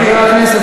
חבל.